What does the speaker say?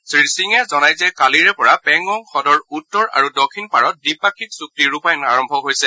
শ্ৰীসিঙে জনায় যে কালিৰে পৰা পেংগং হুদৰ উত্তৰ আৰু দক্ষিণ পাৰত দ্বিপাক্ষিক চুক্তি ৰূপায়ণ আৰম্ভ হৈছে